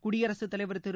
குடியரசுத் தலைவர் திரு